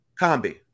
Combi